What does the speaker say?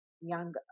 young